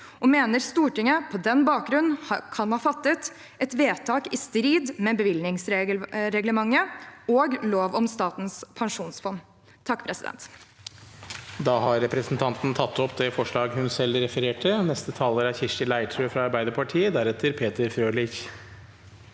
og mener Stortinget på den bakgrunn kan ha fattet et vedtak i strid med bevilgningsreglementet og lov om Statens pensjonsfond.»